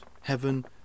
Heaven